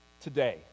today